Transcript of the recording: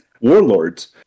warlords